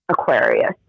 Aquarius